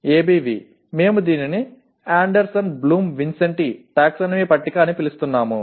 ABV మేము దీనిని Anderson Bloom విన్సెంటి టాక్సానమీ పట్టిక అని పిలుస్తున్నాము